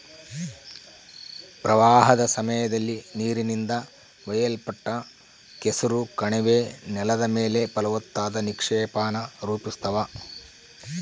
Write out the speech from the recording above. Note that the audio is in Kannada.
ಪ್ರವಾಹದ ಸಮಯದಲ್ಲಿ ನೀರಿನಿಂದ ಒಯ್ಯಲ್ಪಟ್ಟ ಕೆಸರು ಕಣಿವೆ ನೆಲದ ಮೇಲೆ ಫಲವತ್ತಾದ ನಿಕ್ಷೇಪಾನ ರೂಪಿಸ್ತವ